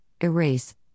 Erase